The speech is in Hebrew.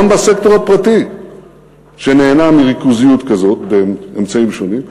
גם בסקטור הפרטי שנהנה מריכוזיות כזאת באמצעים שונים,